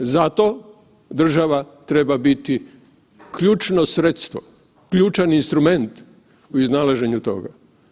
Zato država treba biti ključno sredstvo, ključan instrument u iznalaženju toga.